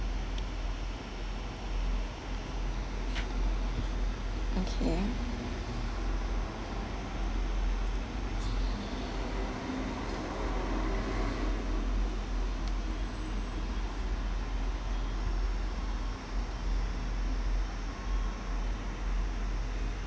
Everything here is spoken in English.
okay